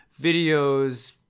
videos